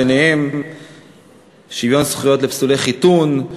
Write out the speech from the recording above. ביניהן שוויון זכויות לפסולי חיתון,